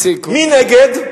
מי נגד?